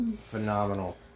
Phenomenal